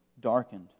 darkened